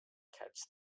catch